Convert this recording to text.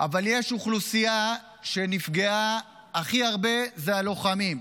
אבל יש אוכלוסייה שנפגעה הכי הרבה, והיא הלוחמים.